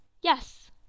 Yes